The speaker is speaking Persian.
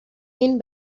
این